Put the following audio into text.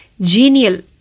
genial